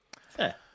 Fair